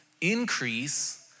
increase